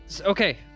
Okay